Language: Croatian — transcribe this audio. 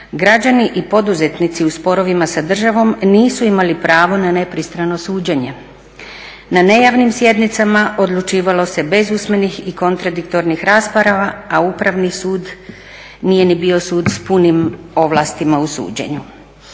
građani i poduzetnici u sporovima sa državom nisu imali pravo na nepristrano suđenje. Na nejavnim sjednicama odlučivalo se bez usmenih i kontradiktornih rasprava, a Upravni sud nije ni bio sud s punim ovlastima u suđenju.